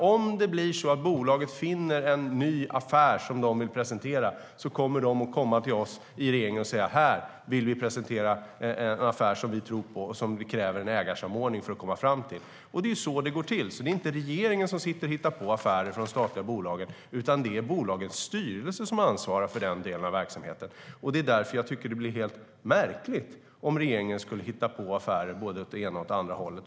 Om det blir så att bolaget finner en ny affär som de vill presentera kommer de att komma till oss i regeringen och säga: Vi vill presentera en affär som vi tror på och som vi kräver en ägarsamordning för att komma fram till. Det är så det går till. Det är inte regeringen som sitter och hittar på affärer för de statliga bolagen, utan det är bolagsstyrelsen som ansvarar för den delen av verksamheten. Jag tycker därför att det blir märkligt om regeringen skulle hitta på affärer vare sig åt det ena eller det andra hållet.